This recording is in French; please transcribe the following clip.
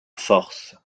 force